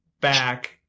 back—